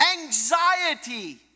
Anxiety